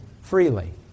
freely